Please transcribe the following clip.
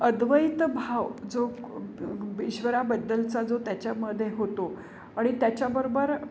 अद्वैत भाव जो ईश्वराबद्दलचा जो त्याच्यामध्ये होतो आणि त्याच्या बरोबर